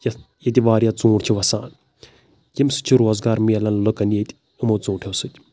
یَتھ ییٚتہِ واریاہ ژوٗنٛٹھۍ چھِ وَسان ییٚمہِ سۭتۍ چھِ روزگار ملَان لُکَن ییٚتہِ ہُمو ژوٗنٛٹٮ۪و سۭتۍ